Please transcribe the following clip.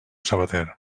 sabater